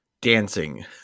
dancing